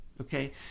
Okay